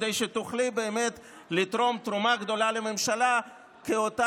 כדי שתוכלי באמת לתרום תרומה גדולה לממשלה כאותה